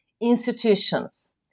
institutions